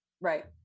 Right